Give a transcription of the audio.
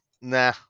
nah